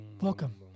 Welcome